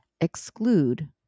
exclude